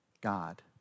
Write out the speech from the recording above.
God